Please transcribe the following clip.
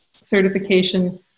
certification